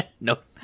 Nope